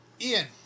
Ian